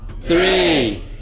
Three